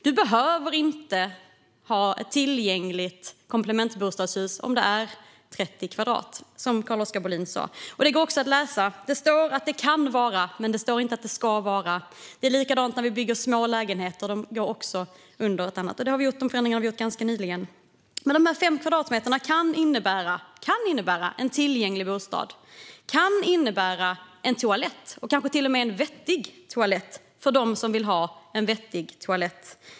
Man behöver inte ha ett tillgängligt komplementbostadshus om bostaden är på 30 kvadratmeter, som Carl-Oskar Bohlin sa. Det går att läsa om detta. Det står att det kan men inte att det ska vara på det sättet. Detsamma gäller när vi bygger små lägenheter. Där gäller också andra regler. Och de förändringarna har vi infört ganska nyligen. De här fem kvadratmeterna kan innebära att det blir en tillgänglig bostad. De kan innebära att man får en toalett, kanske till och med en vettig toalett för dem som vill ha en sådan.